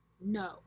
No